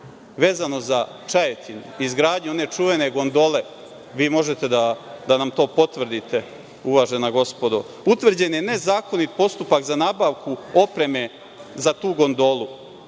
vezano za Čajetinu, izgradnju one čuvene gondole, vi možete da nam to potvrdite, uvažena gospodo, utvrđen je nezakonit postupak za nabavku opreme za tu gondolu. Dakle,